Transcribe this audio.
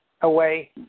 away